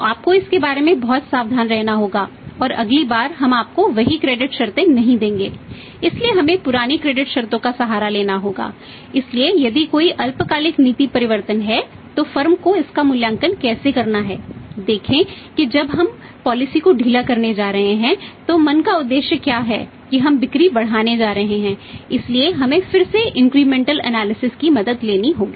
तो आपको इसके बारे में बहुत सावधान रहना होगा और अगली बार हम आपको वही क्रेडिट की मदद लेनी होगी